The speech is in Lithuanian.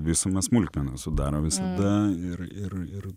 visumą smulkmenos sudaro visada ir ir ir